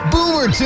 Boomer